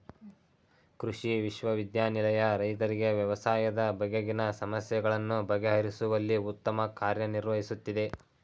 ಕೃಷಿ ವಿಶ್ವವಿದ್ಯಾನಿಲಯ ರೈತರಿಗೆ ವ್ಯವಸಾಯದ ಬಗೆಗಿನ ಸಮಸ್ಯೆಗಳನ್ನು ಬಗೆಹರಿಸುವಲ್ಲಿ ಉತ್ತಮ ಕಾರ್ಯ ನಿರ್ವಹಿಸುತ್ತಿದೆ